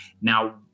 Now